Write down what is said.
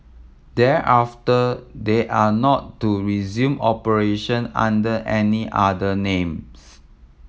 thereafter they are not to resume operation under any other names